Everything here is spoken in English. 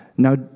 now